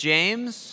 James